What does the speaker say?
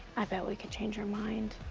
i bet we could change her mind.